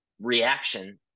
reaction